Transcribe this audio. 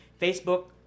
Facebook